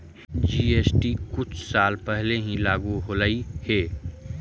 GST कुछ साल पहले ही लागू होलई हे